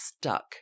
stuck